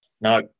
No